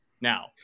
Now